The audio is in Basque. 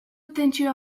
tentsioa